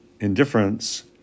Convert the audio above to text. indifference